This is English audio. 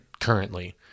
currently